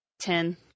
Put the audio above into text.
Ten